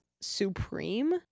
supreme